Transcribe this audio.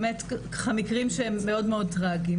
באמת, מקרים שהם מאוד טרגיים.